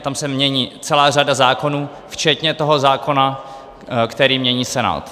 Tam se mění celá řada zákonů včetně toho zákona, který mění Senát.